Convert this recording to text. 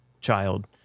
child